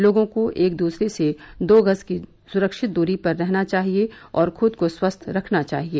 लोगों को एक दूसरे से दो गज की सुरक्षित दूरी पर रहना चाहिए और खुद को स्वस्थ रखना चाहिए